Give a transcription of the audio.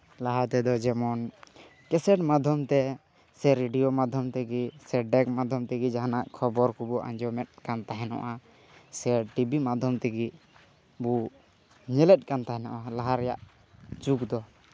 ᱞᱟᱦᱟᱛᱮᱫᱚ ᱡᱮᱢᱚᱱ ᱠᱮᱥᱮᱴ ᱢᱟᱫᱽᱫᱷᱚᱢ ᱛᱮ ᱥᱮ ᱨᱮᱰᱤᱭᱳ ᱢᱟᱫᱽᱫᱷᱚᱢ ᱛᱮᱜᱮ ᱥᱮ ᱰᱮᱠ ᱢᱟᱫᱽᱫᱷᱚᱢ ᱛᱮᱜᱮ ᱡᱟᱦᱟᱱᱟᱜ ᱠᱷᱚᱵᱚᱨ ᱠᱚᱵᱚ ᱟᱸᱡᱚᱢᱮᱫ ᱠᱟᱱ ᱛᱟᱦᱮᱱᱚᱜᱼᱟ ᱥᱮ ᱴᱤᱵᱤ ᱢᱟᱫᱽᱫᱷᱚᱢ ᱛᱮᱜᱮ ᱵᱚ ᱧᱮᱞᱮᱫ ᱠᱟᱱ ᱛᱟᱦᱮᱱᱚᱜᱼᱟ ᱞᱟᱦᱟ ᱨᱮᱭᱟᱜ ᱡᱩᱜᱽ ᱫᱚ